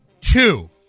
Two